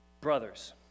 Brothers